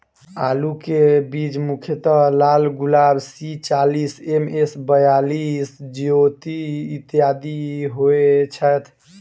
आलु केँ बीज मुख्यतः लालगुलाब, सी चालीस, एम.एस बयालिस, ज्योति, इत्यादि होए छैथ?